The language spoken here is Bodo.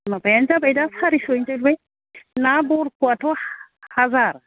माबायानो जाबाय दा सारिस'यैनो जोबबाय ना बरख'आथ' हाजार